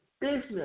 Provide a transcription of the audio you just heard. business